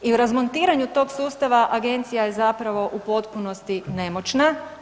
I u razmontiranju toga sustava Agencija je zapravo u potpunosti nemoćna.